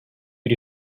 bir